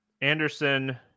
Anderson